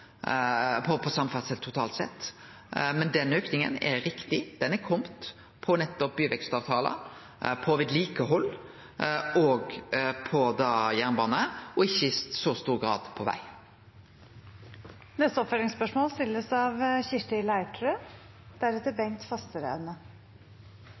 samferdsel totalt sett, men den auken er rett nok kome på nettopp byvekstavtalar, vedlikehald og jernbane og ikkje i så stor grad på veg. Kirsti Leirtrø – til oppfølgingsspørsmål.